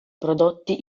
prodotti